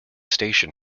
station